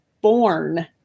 born